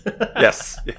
Yes